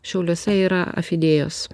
šiauliuose yra afidėjos